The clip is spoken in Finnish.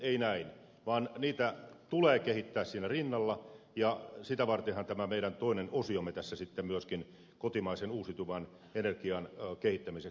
ei näin vaan niitä tulee kehittää siinä rinnalla ja sitä vartenhan tämä meidän toinen osiomme kotimaisen uusiutuvan energian kehittämiseksi on tässä sitten myöskin olemassa